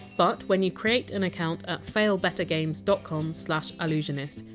but when you create an account at failbettergames dot com slash allusionist,